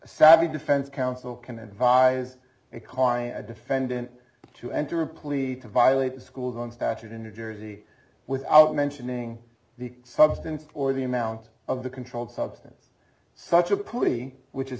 savvy defense counsel can advise a client defendant to enter a plea to violate school and statute in new jersey without mentioning the substance or the amount of the controlled substance such a party which is